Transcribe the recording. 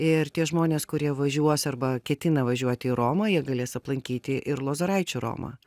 ir tie žmonės kurie važiuos arba ketina važiuoti į romą jie galės aplankyti ir lozoraičių romą